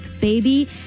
baby